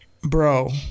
bro